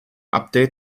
update